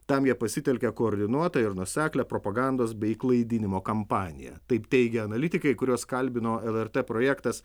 tam jie pasitelkia koordinuotą ir nuoseklią propagandos bei klaidinimo kampaniją taip teigia analitikai kuriuos kalbino lrt projektas